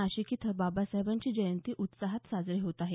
नाशिक इथं बाबासाहेबांची जयंती उत्साहात साजरी होत आहे